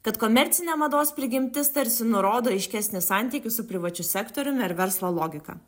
kad komercinė mados prigimtis tarsi nurodo aiškesnį santykį su privačiu sektoriumi ar verslo logika